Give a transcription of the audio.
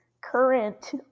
current